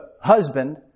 husband